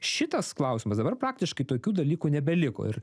šitas klausimas dabar praktiškai tokių dalykų nebeliko ir